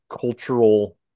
cultural